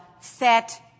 set